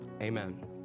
amen